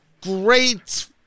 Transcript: great